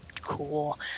Cool